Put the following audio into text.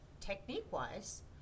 technique-wise